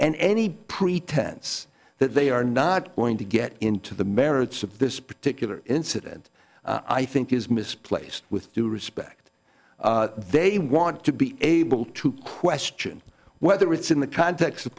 and any pretense that they are not going to get into the merits of this particular incident i think is misplaced with due respect they want to be able to question whether it's in the context of